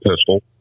pistol